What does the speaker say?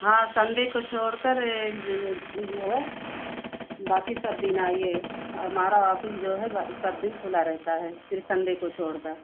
हाँ सन्डे को छोड़कर जो है बाक़ी सब दिन आइए हमारा ऑफिस जो है सब दिन खुला रहता है सिर्फ सन्डे को छोड़कर